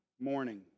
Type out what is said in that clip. morning